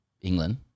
England